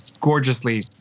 gorgeously